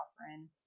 offering